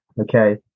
Okay